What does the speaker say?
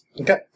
Okay